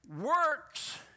works